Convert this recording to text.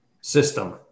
system